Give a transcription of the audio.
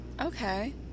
Okay